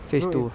phase two